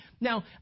Now